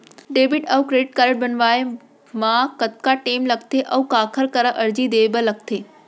Debit अऊ credit card बनवाए मा कतका टेम लगथे, अऊ काखर करा अर्जी दे बर लगथे?